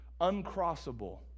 uncrossable